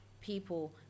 people